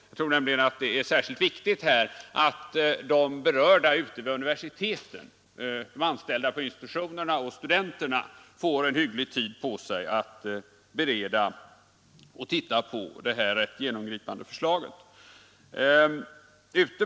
Jag tror nämligen att det är särskilt viktigt att de berörda vid universiteten, de anställda på institutionerna och studenterna får hygglig tid på sig att titta på detta genomgripande förslag.